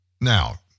Now